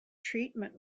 treatment